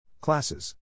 Classes